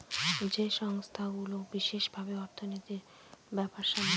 যেকোনো সংস্থাগুলো বিশেষ ভাবে অর্থনীতির ব্যাপার সামলায়